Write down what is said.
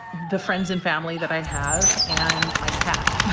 the friends and family that i have and my cat